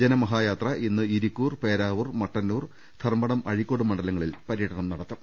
ജനമഹായാത്ര ഇന്ന് ഇരിക്കൂർ പേരാവൂർ മട്ടന്നൂർ ധർമ്മടം അഴീക്കോട് മണ്ഡലങ്ങളിൽ പര്യടനം നടത്തും